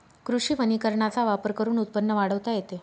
कृषी वनीकरणाचा वापर करून उत्पन्न वाढवता येते